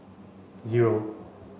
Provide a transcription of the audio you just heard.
zero